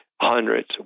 hundreds